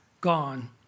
gone